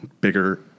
bigger